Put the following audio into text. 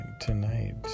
tonight